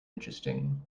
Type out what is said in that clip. interesting